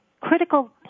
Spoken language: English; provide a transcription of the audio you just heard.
critical